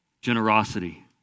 generosity